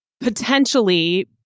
potentially